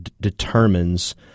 determines